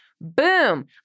boom